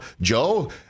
Joe